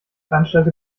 veranstalte